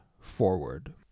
forward